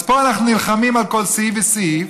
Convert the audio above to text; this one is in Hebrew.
אז פה אנחנו נלחמים על כל סעיף וסעיף,